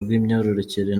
bw’imyororokere